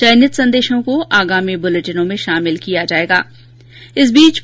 चयनित संदेशों को आगामी बुलेटिनों में शामिल किया जाएगां